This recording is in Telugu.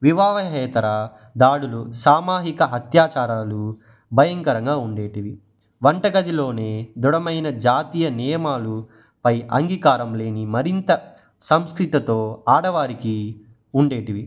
వివాహేతర దాడులు సామూహిక హత్యాచారాలు భయంకరంగా ఉండేవి వంట గదిలోనే దృఢమైన జాతీయ నియమాలపై అంగీకారం లేని మరింత సంస్కృతితో ఆడవారికి ఉండేటివి